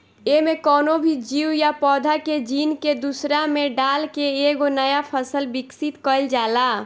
एमे कवनो भी जीव या पौधा के जीन के दूसरा में डाल के एगो नया फसल विकसित कईल जाला